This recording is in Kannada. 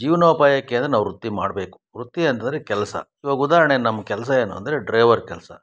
ಜೀವನೋಪಾಯಕ್ಕೆ ಅಂದ್ರೆ ನಾವು ವೃತ್ತಿ ಮಾಡಬೇಕು ವೃತ್ತಿ ಅಂತಂದರೆ ಕೆಲಸ ಇವಾಗ ಉದಾಹರಣೆ ನಮ್ಮ ಕೆಲಸ ಏನು ಅಂದರೆ ಡ್ರೈವರ್ ಕೆಲಸ